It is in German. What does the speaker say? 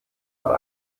mal